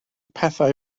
pethau